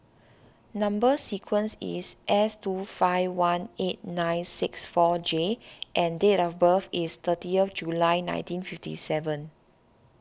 Number Sequence is S two five one eight nine six four J and date of birth is thirtieth July nineteen fifty seven